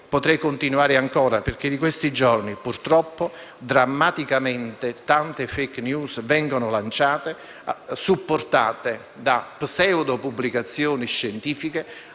Potrei continuare ancora, perché in questi giorni, purtroppo, drammaticamente, tante *fake news* vengono lanciate, supportate da pseudo-pubblicazioni scientifiche